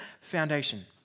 foundation